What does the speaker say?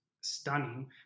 stunning